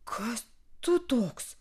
kas tu toks